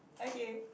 okay